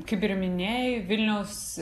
kaip ir minėjai vilniaus